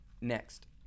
Next